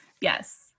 Yes